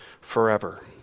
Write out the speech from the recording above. forever